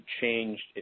changed